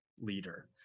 leader